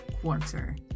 quarter